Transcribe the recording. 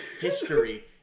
history